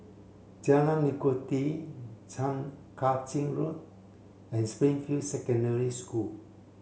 Jalan Legundi Kang Ching Road and Springfield Secondary School